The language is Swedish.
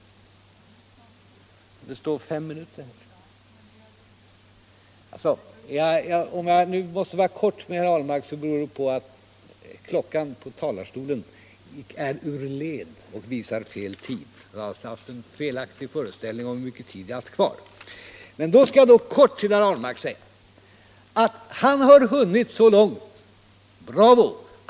Om jag nu måste vara kortfattad mot herr Ahlmark, beror det på att klockan på talarstolen är ”ur led” och visar fel tid. Jag har alltså haft en felaktig föreställning om hur lång tid jag har haft kvar att tala. Då skall jag helt kort till herr Ahlmark säga att han har hunnit så långt — bravo!